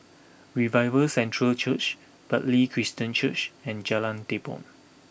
Revival Centre Church Bartley Christian Church and Jalan Tepong